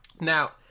now